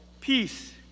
peace